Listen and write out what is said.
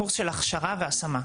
קורס של הכשרה והשמה.